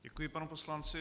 Děkuji panu poslanci.